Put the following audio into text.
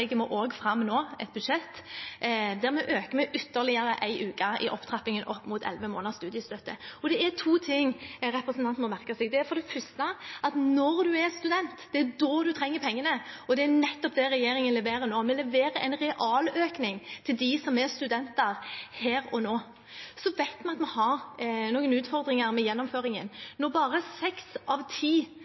nå fram et budsjett der vi øker med ytterligere en uke i opptrappingen opp mot elleve måneders studiestøtte. Det er to ting representanten må merke seg. Det er for det første at det er når man er student, man trenger pengene, og det er nettopp det regjeringen leverer på. Vi leverer en realøkning til dem som er studenter her og nå. Så vet vi at vi har noen utfordringer med gjennomføringen. Når bare seks av ti